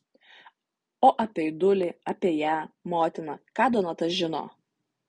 o apie aidulį apie ją motiną ką donata žino